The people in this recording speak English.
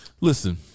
Listen